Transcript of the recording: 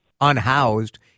unhoused